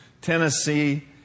Tennessee